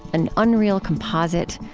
an unreal composite,